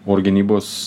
oro gynybos